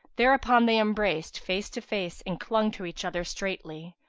thereupon they embraced, face to face and clung to each other straitly,